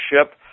ship